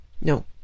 No